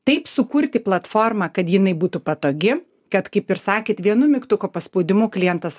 taip sukurti platformą kad jinai būtų patogi kad kaip ir sakėt vienu mygtuko paspaudimu klientas